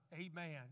Amen